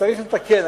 וצריך לתקן.